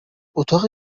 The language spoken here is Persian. اتاق